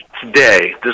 today